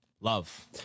love